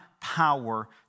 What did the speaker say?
power